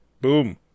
Boom